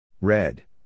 Red